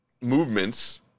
movements